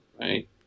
right